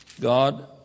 God